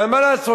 אבל מה לעשות?